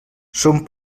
som